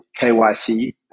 kyc